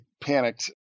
panicked